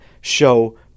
show